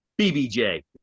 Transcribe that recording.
BBJ